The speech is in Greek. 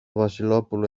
βασιλόπουλο